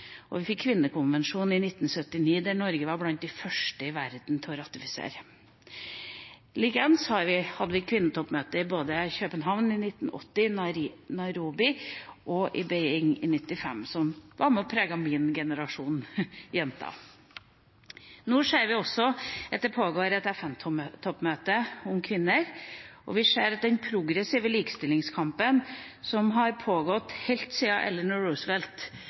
og vi fikk Kvinnekonvensjonen i 1979, som Norge var blant de første i verden til å ratifisere. Likens hadde vi kvinnetoppmøter – både i København i 1980, i Nairobi i 1985 og i Beijing i 1995 – som var med og preget min generasjon jenter. Nå ser vi at det pågår et FN-toppmøte om kvinner. Og vi ser at den progressive likestillingskampen som har pågått helt